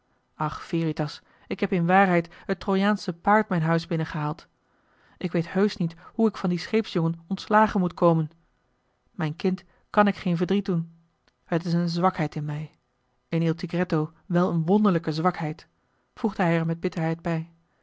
ach veritas ik heb in waarheid het trojaansche paard mijn huis binnengehaald ik weet heusch niet hoe ik van dien scheepsjongen ontslagen moet komen mijn kind kàn ik geen verdriet doen het is een zwakheid in mij in il tigretto wèl een wonderlijke zwakheid voegde hij er met bitterheid bij